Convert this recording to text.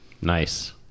Nice